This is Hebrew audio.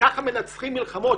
ככה מנצחים מלחמות,